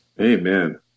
Amen